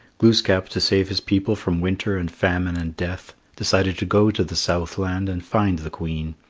glooskap, to save his people from winter and famine and death, decided to go to the southland and find the queen.